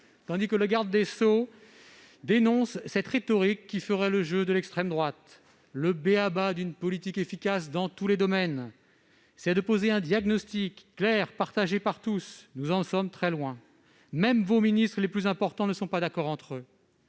tandis que le garde des sceaux dénonce cette rhétorique qui ferait le jeu de l'extrême droite. Le b.a.-ba d'une politique efficace dans tous les domaines, c'est de poser un diagnostic clair et partagé par tous. Nous en sommes très loin ... Même vos ministres les plus importants ne sont pas d'accord entre eux